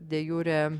de jure